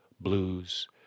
blues